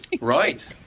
Right